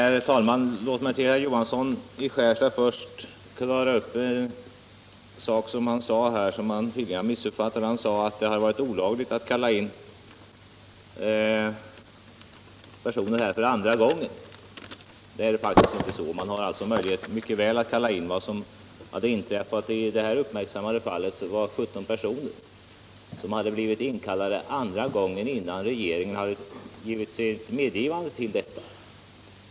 Herr talman! Låt mig först klara upp en missuppfattning med herr Tisdagen den gången. Det är faktiskt inte så. Man har möjlighet att kalla in värn Om ändring i pliktsvägrare för andra gången. Vad som inträffat i det uppmärksammade = vapenfrilagen, fall som herr Johansson syftade på är att 17 personer blivit inkallade — m.m. andra gången innan regeringen hade lämnat sitt medgivande till detta.